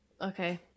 okay